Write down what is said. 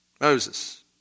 Moses